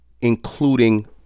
including